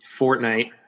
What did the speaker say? Fortnite